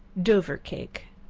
dover cake.